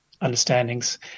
understandings